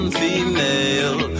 female